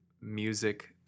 Music